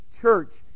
church